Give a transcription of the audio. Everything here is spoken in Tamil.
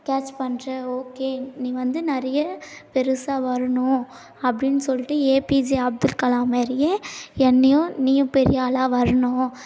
கேட்ச் பண்ணுறே ஓகே நீ வந்து நிறைய பெரிசா வரணும் அப்டின்னு சொல்லிட்டு ஏபிஜே அப்துல் கலாம் மாரியே என்னையும் நீயும் பெரிய ஆளாக வரணும்